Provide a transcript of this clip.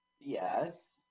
Yes